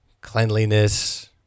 cleanliness